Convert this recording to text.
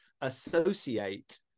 associate